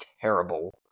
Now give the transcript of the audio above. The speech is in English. terrible